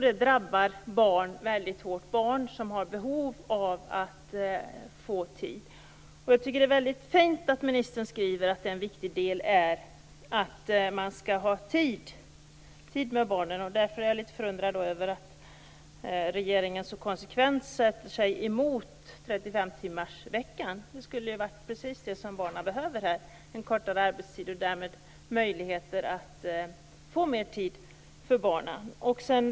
Detta drabbar barn väldigt hårt, barn som har behov av att få tid. Jag tycker att det är mycket fint att ministern skriver att en mycket viktig del är att man skall ha tid med barnen. Därför är jag litet förundrad över att regeringen så konsekvent sätter sig emot 35-timmarsveckan. Det är precis det som barnen skulle behöva, kortare arbetstid för föräldrarna så att de får möjlighet till mer tid för barnen.